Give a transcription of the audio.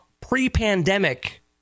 pre-pandemic